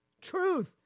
Truth